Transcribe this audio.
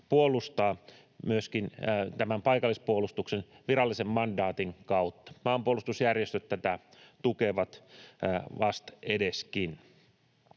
puolustaa myöskin tämän paikallispuolustuksen virallisen mandaatin kautta. Maanpuolustusjärjestöt tätä tukevat vastedeskin.